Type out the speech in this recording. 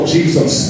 Jesus